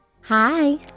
Hi